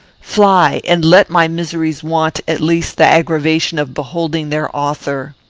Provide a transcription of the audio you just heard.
fly! and let my miseries want, at least, the aggravation of beholding their author.